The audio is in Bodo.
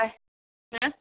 हा